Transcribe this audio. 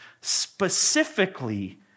specifically